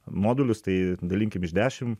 modulius tai dalinkim iš dešim